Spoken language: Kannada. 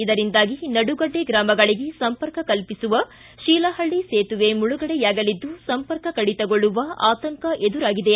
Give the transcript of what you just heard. ಇದರಿಂದಾಗಿ ನಡುಗಡ್ಡೆ ಗ್ರಾಮಗಳಿಗೆ ಸಂಪರ್ಕ ಕಲ್ಲಿಸುವ ಶೀಲಹಳ್ಳಿ ಸೇತುವೆ ಮುಳುಗಡೆಯಾಗಲಿದ್ದು ಸಂಪರ್ಕ ಕಡಿತಗೊಳ್ಳುವ ಆತಂಕ ಎದುರಾಗಿದೆ